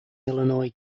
illinois